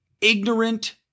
ignorant